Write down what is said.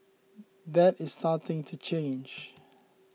that is starting to change